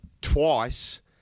twice